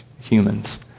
humans